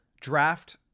draft